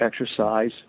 exercise